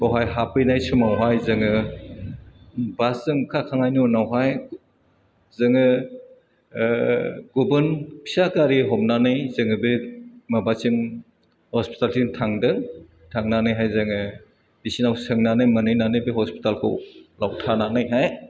बावहाय हाबहैनाय समावहाय जोङो बासजों ओंखारखांनायनि उनावहाय जोङो ओह गुबुन फिसा गारि हमनानै जोङो बे माबासिम हस्पिटालसिम थांदों थांनानैहाय जोङो बिसिनाव सोंनानै मोनहैनानै बे हस्पिटालखौ लाव थानानैहाय